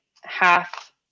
half